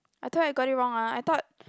I thought you got it wrong ah I thought